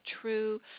true